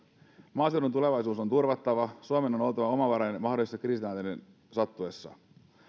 maaseudun tulevaisuus on turvattava suomen on oltava omavarainen mahdollisten kriisitilanteiden sattuessa